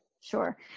Sure